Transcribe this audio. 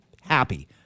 happy